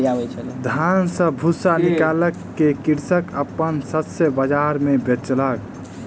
धान सॅ भूस्सा निकाइल के कृषक अपन शस्य बाजार मे बेचलक